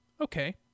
Okay